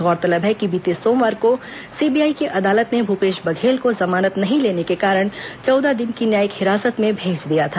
गौरतलब है कि बीते सोमवार को सीबीआई की अदालत ने भूपेश बघेल को जमानत नहीं लेने के कारण चौदह दिन की न्यायिक हिरासत में भेज दिया था